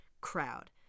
crowd